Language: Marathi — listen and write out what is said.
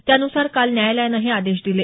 त्यानुसार काल न्यायालयानं हे आदेश दिले